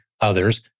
others